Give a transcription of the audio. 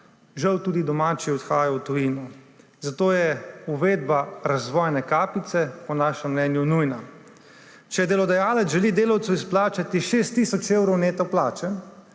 žal tudi domači odhajajo v tujino, zato je uvedba razvojne kapice po naše mnenju nujna. Če delodajalec želi delavcu izplačati 6 tisoč evrov neto plače,